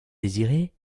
désiré